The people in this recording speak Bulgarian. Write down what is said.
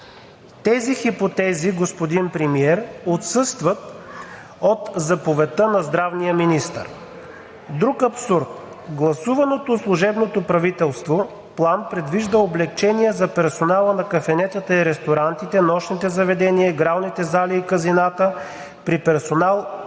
Тези хипотези, господин Премиер, отсъстват от заповедта на здравния министър. Друг абсурд. Гласуваният от служебното правителство План, предвижда облекчения за персонала на кафенетата и ресторантите, нощните заведения, игралните зали и казината при персонал